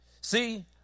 See